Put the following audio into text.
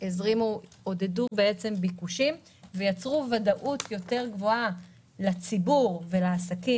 עודדו ביקושים ויצרו ודאות גבוהה יותר לציבור ולעסקים